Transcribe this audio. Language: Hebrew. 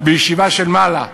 בישיבה של מעלה.